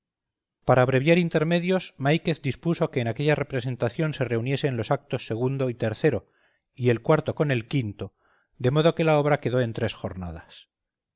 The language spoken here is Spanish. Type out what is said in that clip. para abreviar intermedios máiquez dispuso que en aquella representación se reuniesen los actos segundo y tercero y el cuarto con el quinto de modo que la obra quedó en tres jornadas